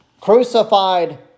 crucified